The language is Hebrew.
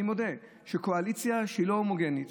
אני מודה שקואליציה שהיא לא הומוגנית